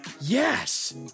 yes